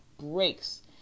breaks